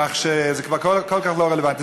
כך שזה כבר כל כך לא רלוונטי.